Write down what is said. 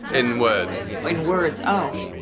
in words or in words. oh.